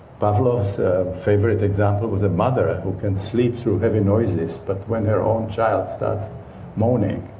pavlov's favorite example was a mother who can sleep through heavy noises, but when her own child starts moaning,